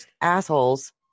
assholes